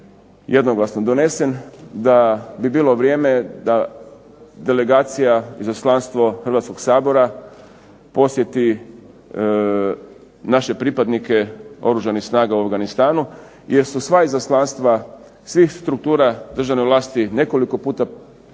jednoglasno donesen da bi bilo vrijeme da delegacija, izaslanstvo Hrvatskog sabora posjeti naše pripadnike Oružanih snaga u Afganistanu jer su sva izaslanstva, svih struktura državne vlasti nekoliko puta bila.